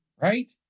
right